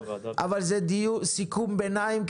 אבל זה רק סיכום ביניים,